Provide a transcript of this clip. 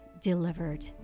delivered